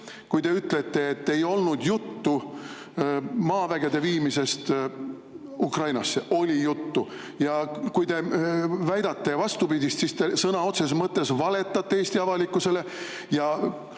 kui te ütlete, et ei olnud juttu maavägede viimisest Ukrainasse. Oli juttu. Ja kui te väidate vastupidist, siis te sõna otseses mõttes valetate Eesti avalikkusele.